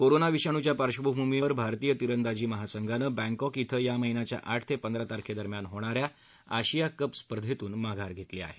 corona विषाणुच्या पार्षभूमीवर भारतीय तिरंदाजी महासंघानं बँकॉक इथं या महिन्याच्या आठ ते पंधरा तारखेदरम्यान होणाऱ्या आशिया कप स्पर्धेतून मागार घेतली आहे